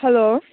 hello